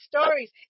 stories